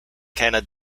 cannot